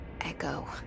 echo